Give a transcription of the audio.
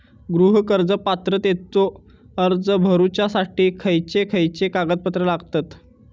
गृह कर्ज पात्रतेचो अर्ज भरुच्यासाठी खयचे खयचे कागदपत्र लागतत?